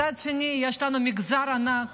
מצד שני, יש לנו מגזר ענק